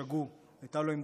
הייתה לו עמדה עקרונית